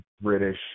British